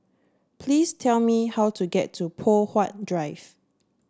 please tell me how to get to Poh Huat Drive